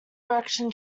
direction